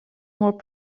molt